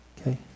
Okay